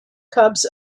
cubs